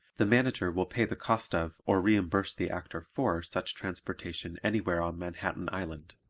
the manager will pay the cost of or reimburse the actor for such transportation anywhere on manhattan island.